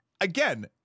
again